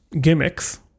gimmicks